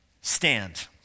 Stand